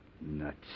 Nuts